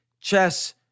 Chess